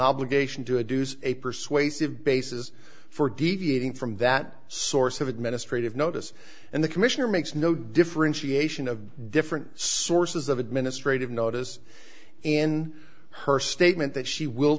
obligation to adieus a persuasive basis for deviating from that source of administrative notice and the commissioner makes no difference she ation of different sources of administrative notice in her statement that she will